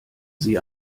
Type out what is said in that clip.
sie